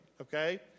okay